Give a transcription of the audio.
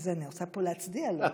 אז אני רוצה פה להצדיע לו.